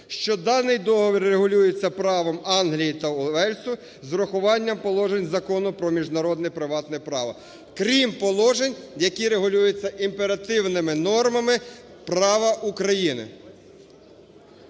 що даний договір регулюється правом Англії та Уельсу з урахуванням положень Закону "Про міжнародне приватне право", крім положень, які регулюються імперативними нормами права України".